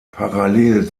parallel